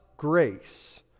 Grace